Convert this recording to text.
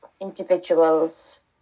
individuals